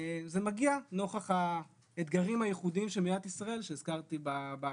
זה מגיע נוכח האתגרים הייחודיים של מדינת ישראל שהזכרתי בהתחלה.